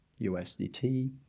usdt